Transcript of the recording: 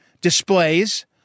displays